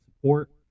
support